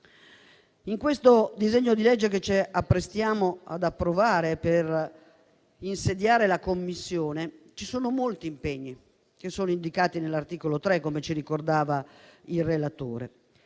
Nel documento che ci apprestiamo ad approvare per insediare la Commissione ci sono molti impegni, che sono indicati nell'articolo 3 - come ci ricordava il relatore